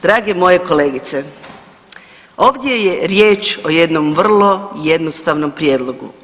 Drage moje kolegice, ovdje je riječ o jednom vrlo jednostavnom prijedlogu.